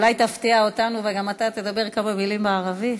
אולי תפתיע אותנו וגם אתה תדבר כמה מילים בערבית?